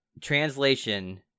translation